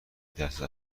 درصد